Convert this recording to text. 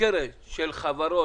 מופקרת של חברות,